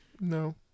No